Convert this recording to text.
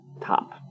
top